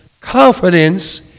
confidence